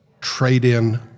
trade-in